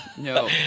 No